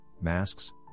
masks